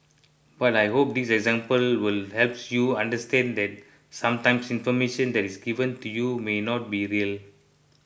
but I hope this example will helps you understand that sometimes information that is given to you may not be real